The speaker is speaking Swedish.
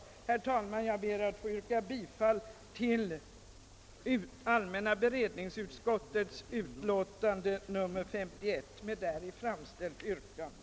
Herr talman! Jag ber att få yrka bifall till allmänna beredningsutskottets utlåtande nr 51 med däri framställt yrkande.